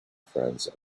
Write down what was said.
friends